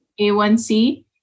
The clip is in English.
A1C